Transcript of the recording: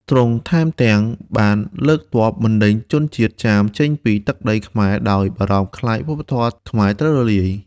ទ្រង់ថែមទាំងបានលើកទ័ពបណ្ដេញជនជាតិចាមចេញពីទឹកដីខ្មែរ ដោយបារម្ភខ្លាចវប្បធម៌ខ្មែរត្រូវរលាយ។